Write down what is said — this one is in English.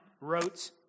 wrote